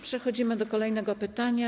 Przechodzimy do kolejnego pytania.